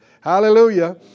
Hallelujah